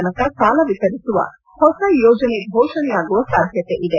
ತನಕ ಸಾಲ ವಿತರಿಸುವ ಹೊಸ ಯೋಜನೆ ಫೋಷಣೆಯಾಗುವ ಸಾಧ್ಯತೆ ಇದೆ